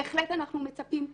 בהחלט אנחנו מצפים,